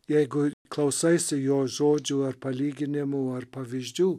jeigu klausaisi jo žodžių ar palyginimų ar pavyzdžių